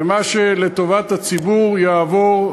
ומה שלטובת הציבור יעבור,